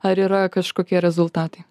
ar yra kažkokie rezultatai